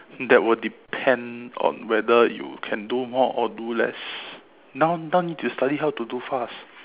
that would depend on whether you can do more or do less now now need to study how to do fast